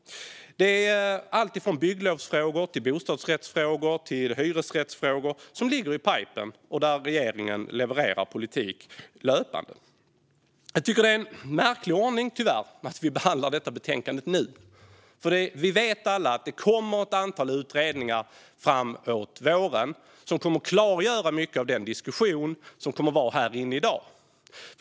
Alltifrån bygglovsfrågor till bostadsrättsfrågor och hyresrättsfrågor ligger i pipelinen, och där levererar regeringen politik löpande. Jag tycker att det tyvärr är en märklig ordning att vi behandlar detta betänkande nu. Vi vet alla att det kommer ett antal utredningar framemot våren som kommer att klargöra mycket av den diskussion som kommer att föras här inne i dag.